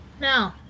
No